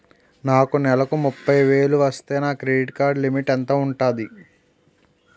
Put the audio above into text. నాకు నెలకు ముప్పై వేలు వస్తే నా క్రెడిట్ కార్డ్ లిమిట్ ఎంత ఉంటాది?